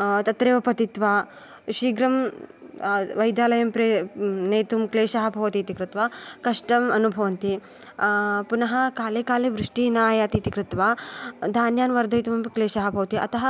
तत्रेव पतित्वा शीघ्रं वैद्यालयं प्रे नेतुं क्लेशः भवति इति कृत्वा कष्टम् अनुभवन्ति पुनः काले काले वृष्टिः नायाति इति कृत्वा धान्यान् वर्धयितुमपि क्लेशः भवति अतः